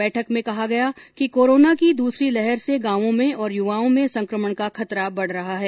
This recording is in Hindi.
बैठक में कहा गया कि कोरोना की द्रसरी लहर से गांवों में और युवाओं में संकमण का खतरा बढ़ रहा है